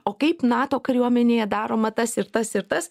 o kaip nato kariuomenėje daroma tas ir tas ir tas